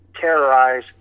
terrorize